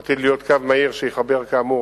הוא עתיד להיות קו מהיר שיחבר כאמור